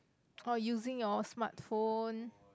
or using your smartphone